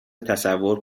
تصور